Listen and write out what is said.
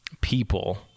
people